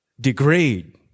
degrade